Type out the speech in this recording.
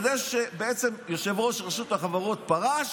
בעצם יושב-ראש רשות החברות פרש,